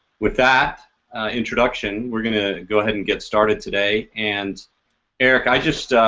with that introduction we're gonna go ahead and get started today and eric i just a.